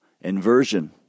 inversion